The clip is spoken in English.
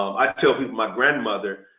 i tell people my grandmother